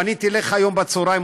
פניתי אליך היום בצהריים,